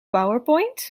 powerpoint